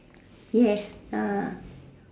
yes ah